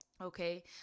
Okay